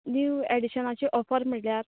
न्हीव ऍडिशनाची ऑफर म्हळ्यार